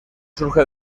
surge